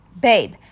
babe